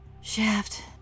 Shaft